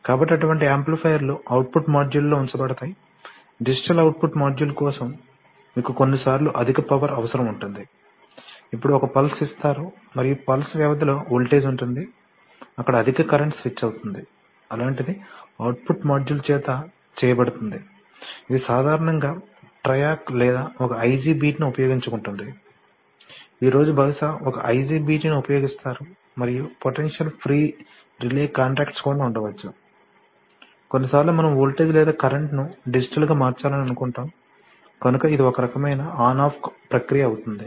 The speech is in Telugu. కాబట్టి అటువంటి యాంప్లిఫైయర్లు అవుట్పుట్ మాడ్యూళ్ళలో ఉంచబడతాయి డిజిటల్ అవుట్పుట్ మాడ్యూల్స్ కోసం మీకు కొన్నిసార్లు అధిక పవర్ అవసరం ఉంటుంది ఇప్పుడు ఒక పల్స్ ఇస్తారు మరియు పల్స్ వ్యవధిలో వోల్టేజ్ ఉంటుంది అక్కడ అధిక కరెంట్ స్విచ్ అవుతుంది అలాంటిది అవుట్పుట్ మాడ్యూల్ చేత చేయబడుతుంది ఇది సాధారణంగా TRIAC లేదా ఒక IGBT ని ఉపయోగించుకుంటుంది ఈ రోజు బహుశా ఒక IGBT ని ఉపయోగిస్తారు మరియు పొటెన్షియల్ ఫ్రీ రిలే కాంటాక్ట్స్ కూడా ఉండవచ్చు కొన్నిసార్లు మనము వోల్టేజ్ లేదా కరెంట్ను డిజిటల్గా మార్చాలని అనుకుంటాం కనుక ఇది ఒక రకమైన ఆన్ ఆఫ్ ప్రక్రియ అవుతుంది